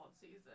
season